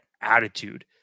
attitude